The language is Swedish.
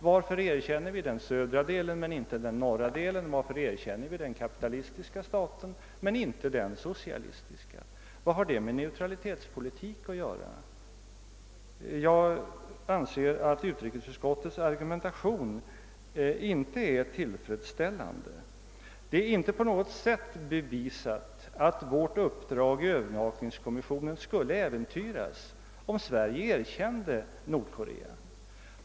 Varför erkänner vi den södra delen men inte den norra, varför erkänner vi den kapitalistiska staten men inte den socialistiska? Vad har det med neutralitetspolitik att göra? Jag anser att utrikesutskottets argumentation inte är tillfredsställande. Det är inte på något sätt bevisat att vårt uppdrag i övervakningskommissionen skulle äventyras om Sverige erkände Nordkorea.